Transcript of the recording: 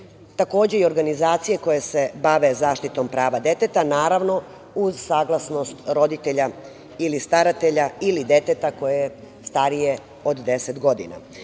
takođe i organizacije koje se bave zaštitom prava deteta, naravno uz saglasnost roditelja ili staratelja ili deteta koje je starije od 10 godina. Mislim